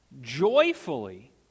joyfully